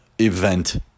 event